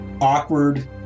awkward